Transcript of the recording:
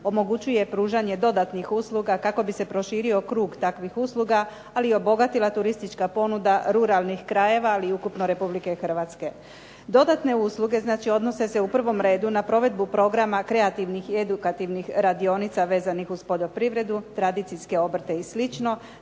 omogućuje pružanje dodatnih usluga kako bi se proširio krug takvih usluga, ali i obogatila turistička ponuda ruralnih krajeva, ali i ukupno Republike Hrvatske. Dodatne usluge odnose se u prvom redu na provedbu programa kreativnih i edukativnih radionica vezanih uz poljoprivredu, tradicijske obrte i